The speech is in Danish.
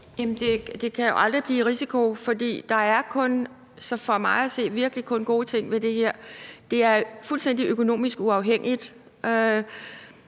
der kan jo aldrig blive en risiko, for der er for mig at se virkelig kun gode ting ved det her. Det er fuldstændig økonomisk uafhængigt,